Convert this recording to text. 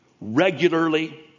regularly